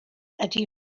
ydy